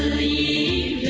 the